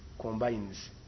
combines